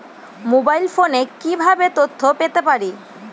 Mobile ফোনে কিভাবে তথ্য পেতে পারি?